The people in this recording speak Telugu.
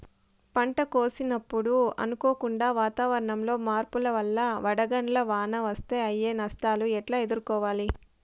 పంట కోసినప్పుడు అనుకోకుండా వాతావరణంలో మార్పుల వల్ల వడగండ్ల వాన వస్తే అయ్యే నష్టాలు ఎట్లా ఎదుర్కోవాలా?